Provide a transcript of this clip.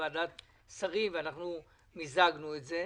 בוועדת השרים לענייני חקיקה ואנחנו מיזגנו את זה.